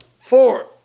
four